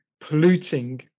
polluting